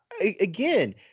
again